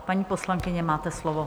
Paní poslankyně, máte slovo.